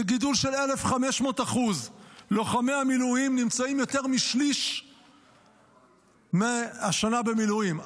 זה גידול של 1,500%. לוחמי המילואים נמצאים יותר משליש מהשנה במילואים.